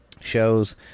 shows